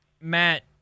Matt